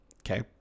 Okay